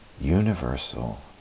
Universal